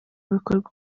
bikorwa